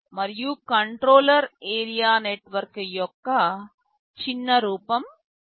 మరియు controller area network యొక్క క చిన్న రూపం CAN